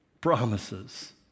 promises